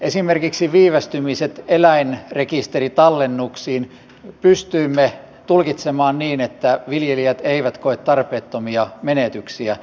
esimerkiksi viivästymiset eläinrekisteritallennuksiin pystyimme tulkitsemaan niin että viljelijät eivät koe tarpeettomia menetyksiä